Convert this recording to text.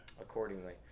accordingly